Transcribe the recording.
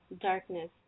Darkness